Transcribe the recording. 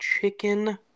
Chicken